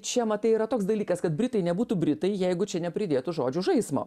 čia matai yra toks dalykas kad britai nebūtų britai jeigu čia nepridėtų žodžių žaismo